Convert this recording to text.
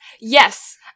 Yes